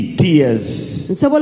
tears